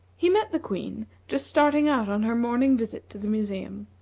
he met the queen just starting out on her morning visit to the museum.